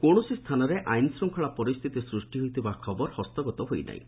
କୌଣସି ସ୍ଥାନରେ ଆଇନ୍ ଶୃଙ୍ଖଳା ପରିସ୍ଥିତି ସୃଷ୍ଟି ହୋଇଥିବା ଖବର ହସ୍ତଗତ ହୋଇନାହିଁ